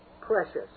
precious